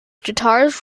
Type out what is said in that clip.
guitars